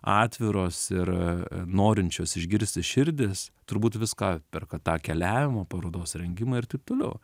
atviros ir norinčios išgirsti širdys turbūt viską atperka tą keliavimą parodos rengimą ir taip toliau